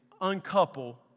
uncouple